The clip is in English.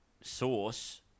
Source